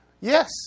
yes